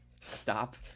stop